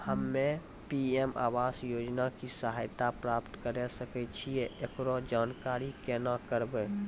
हम्मे पी.एम आवास योजना के सहायता प्राप्त करें सकय छियै, एकरो जानकारी केना करबै?